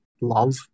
love